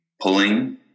pulling